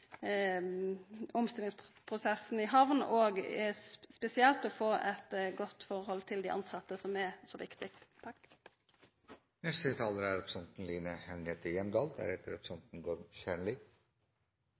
omstillingsprosessen i hamn, og spesielt for å få eit godt forhold til dei tilsette, som er så viktig. Jeg har også lyst til å takke representanten Bent Høie for denne viktige interpellasjonen. Det er